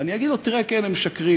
ואני אגיד לו, תראה, כן, הם משקרים.